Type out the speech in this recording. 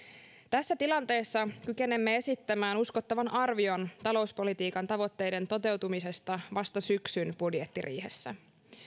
tässä tilanteessa kykenemme esittämään uskottavan arvion talouspolitiikan tavoitteiden toteutumisesta vasta syksyn budjettiriihessä